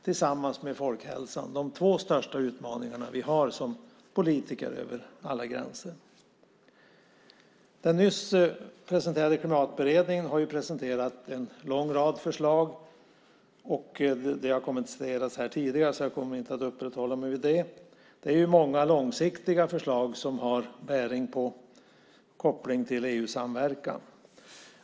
Tillsammans med folkhälsan är det de två största utmaningarna som vi som politiker över alla gränser har. I Klimatberedningens nyligen presenterade betänkande läggs en lång rad förslag fram. Dessa har tidigare här kommenterats, så jag kommer inte att uppehålla mig vid dem. Många av förslagen är långsiktiga förslag med bäring på och koppling till EU-samverkan.